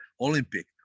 Olympic